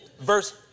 Verse